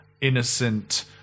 innocent